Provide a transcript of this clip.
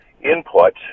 input